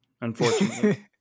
Unfortunately